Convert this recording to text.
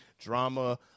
Drama